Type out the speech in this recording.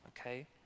okay